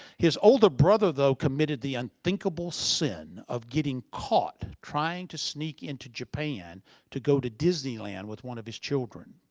his older brother, though, committed the unthinkable sin of getting caught trying to sneak into japan to go to disneyland with one of his children.